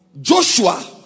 Joshua